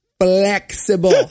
Flexible